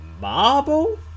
marble